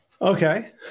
Okay